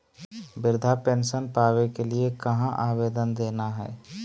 वृद्धा पेंसन पावे के लिए कहा आवेदन देना है?